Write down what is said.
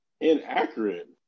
inaccurate